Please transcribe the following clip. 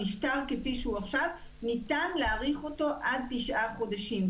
המשטר כפי שהוא עכשיו ניתן להאריך אותו עד תשעה חודשים.